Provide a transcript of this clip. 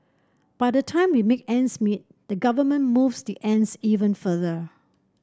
by the time we make ends meet the government moves the ends even further